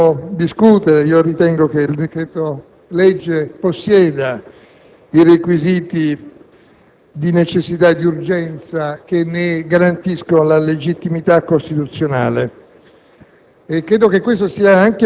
sulla questione di cui stiamo discutendo. Ritengo che questo decreto-legge possieda i requisiti di necessità e urgenza che ne garantiscono la legittimità costituzionale.